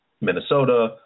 Minnesota